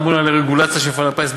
האמון על הרגולציה של מפעל הפיס,